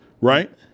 right